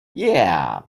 yeah